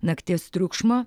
nakties triukšmo